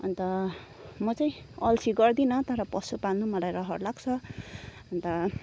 अन्त म चाहिँ अल्छी गर्दिनँ तर पशु पाल्नु मलाई रहर लाग्छ अन्त